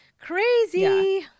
Crazy